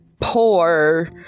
poor